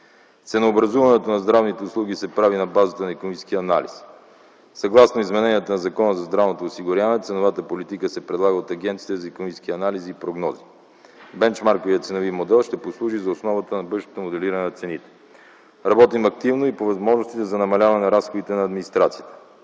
Ценообразуването на здравните услуги се прави на базата на икономически анализ. Съгласно измененията на Закона за здравното осигуряване ценовата политика се предлага от Агенцията за икономически анализи и прогнози. Бенчмарковият ценови модел ще послужи за основата на бъдещото моделиране на цените. Работим активно и по възможностите за намаляване разходите на администрацията.